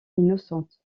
innocente